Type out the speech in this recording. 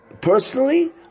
personally